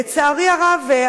לצערי הרב,